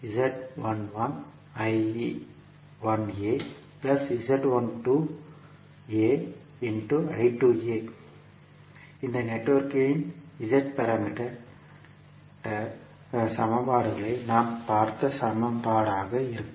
இதேபோல் எனவே இந்த படத்திலிருந்து இந்த நெட்வொர்க்கின் Z பாராமீட்டர் அளவுரு சமன்பாடுகள் நாம் பார்த்த சமன்பாடாக இருக்கும்